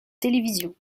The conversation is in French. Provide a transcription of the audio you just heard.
télévision